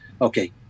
Okay